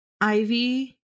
Ivy